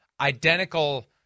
identical